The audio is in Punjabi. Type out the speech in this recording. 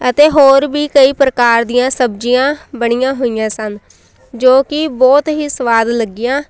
ਅਤੇ ਹੋਰ ਵੀ ਕਈ ਪ੍ਰਕਾਰ ਦੀਆਂ ਸਬਜ਼ੀਆਂ ਬਣੀਆਂ ਹੋਈਆਂ ਸਨ ਜੋ ਕਿ ਬਹੁਤ ਹੀ ਸਵਾਦ ਲੱਗੀਆਂ